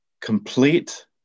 complete